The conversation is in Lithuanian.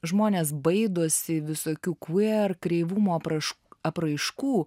žmonės baidosi visokių queer kreivumo apraiš apraiškų